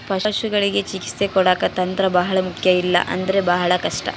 ಪಶುಗಳಿಗೆ ಚಿಕಿತ್ಸೆ ಕೊಡಾಕ ತಂತ್ರ ಬಹಳ ಮುಖ್ಯ ಇಲ್ಲ ಅಂದ್ರೆ ಬಹಳ ಕಷ್ಟ